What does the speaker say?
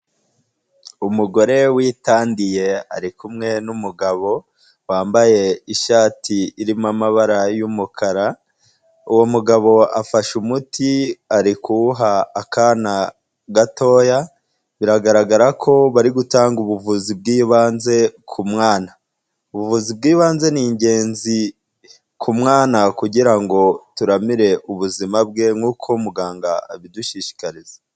Umugore witandiye arikumwe n'umugabo wambaye ishati irimo amabara y'umukara, uwo mugabo afashe umuti ari kuwuha akana gatoya biragaragara ko bari gutanga ubuvuzi bw'ibanze ku mwana, ubuvuzi bw'ibanze ni ingenzi ku mwana kugira ngo turamire ubuzima bwe nk'uko muganga abidushishikariza.